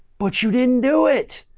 but you didn't do it.